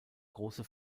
große